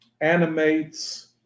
animates